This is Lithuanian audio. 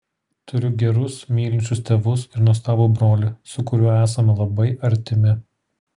turiu gerus mylinčius tėvus ir nuostabų brolį su kuriuo esame labai artimi